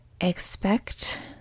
expect